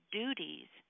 duties